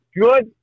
good